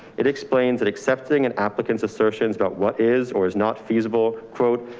it explains that accepting an applicant's assertions about what is or is not feasible. quote,